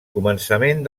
començament